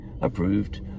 approved